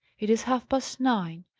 it is half-past nine!